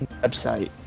website